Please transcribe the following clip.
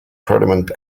parliament